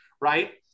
right